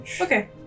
Okay